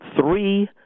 three –